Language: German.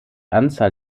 anzahl